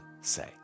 say